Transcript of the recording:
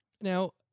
Now